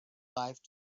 life